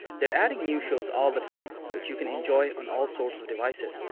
they're adding new shows all the time which you can enjoy on all sorts of devices.